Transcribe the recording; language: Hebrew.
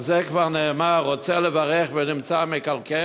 על זה כבר נאמר: רוצה לברך ונמצא מקלל,